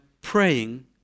praying